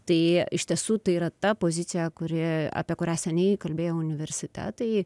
tai iš tiesų tai yra ta pozicija kuri apie kurią seniai kalbėjo universitetai